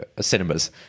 cinemas